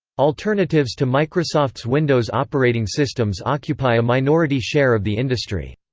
alternatives to microsoft's windows operating systems occupy a minority share of the industry.